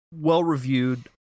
well-reviewed